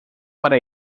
para